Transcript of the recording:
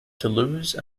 toulouse